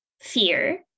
fear